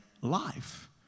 life